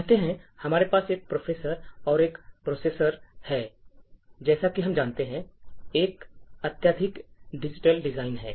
कहते हैं हमारे पास एक प्रोसेसर और एक प्रोसेसर है जैसा कि हम जानते हैं एक अत्यधिक जटिल डिजाइन है